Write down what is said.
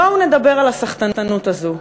בואו נדבר על הסחטנות הזו.